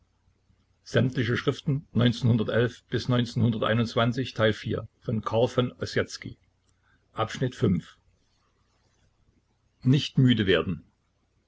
von nicht müde werden